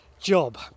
job